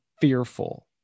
fearful